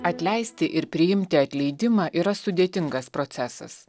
atleisti ir priimti atleidimą yra sudėtingas procesas